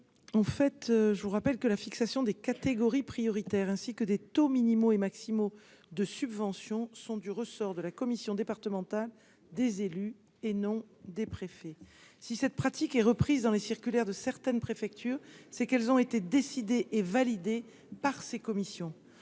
je vous rappelle que la fixation des catégories prioritaires, ainsi que des taux minimaux et maximaux de subventions sont du ressort de la commission départementale des élus et non des préfets si cette pratique est reprise dans les circulaires de certaines préfectures, c'est qu'elles ont été décidées et validé par ces commissions,